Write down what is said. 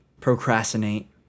procrastinate